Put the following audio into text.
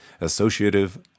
associative